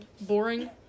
Boring